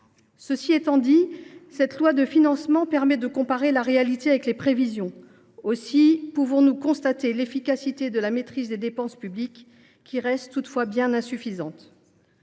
Cela étant dit, ce projet de loi permet de comparer la réalité avec les prévisions. Aussi pouvons nous constater l’efficacité de la maîtrise des dépenses publiques, qui reste toutefois bien insuffisante.